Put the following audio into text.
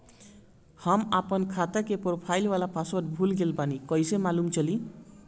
हम आपन खाता के प्रोफाइल वाला पासवर्ड भुला गेल बानी कइसे मालूम चली?